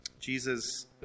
Jesus